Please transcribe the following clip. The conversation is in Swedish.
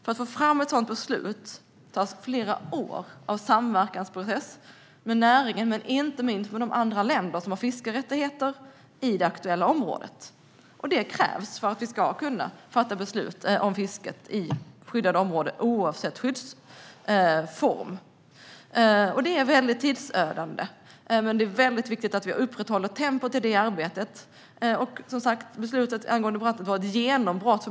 Att ta fram ett sådant beslut tar flera år av samverkansprocesser med näringen och inte minst med andra länder som har fiskerättigheter i det aktuella området, och det krävs för att vi ska kunna fatta beslut om fisket i skyddade områden, oavsett skyddsform. Det är tidsödande, men det är viktigt att vi upprätthåller tempot i arbetet. Som sagt var beslutet angående Bratten ett genombrott.